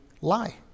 lie